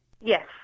Yes